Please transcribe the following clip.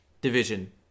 division